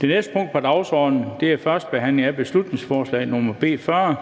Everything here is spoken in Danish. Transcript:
Det næste punkt på dagsordenen er: 14) 1. behandling af beslutningsforslag nr. B 40: